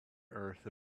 earth